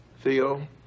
Theo